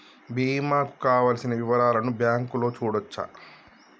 బీమా కు కావలసిన వివరాలను బ్యాంకులో చూడొచ్చా?